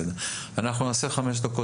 אנחנו נעשה הפסקה חמש דקות.